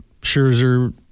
Scherzer